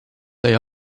they